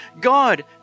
God